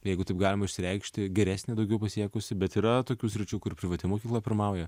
jeigu taip galima išsireikšti geresnė daugiau pasiekusi bet yra tokių sričių kur privati mokykla pirmauja